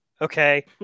Okay